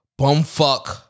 bumfuck